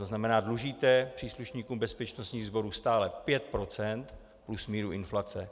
To znamená, dlužíte příslušníkům bezpečnostních sborů stále 5 % plus míru inflace.